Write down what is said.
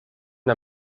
der